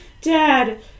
Dad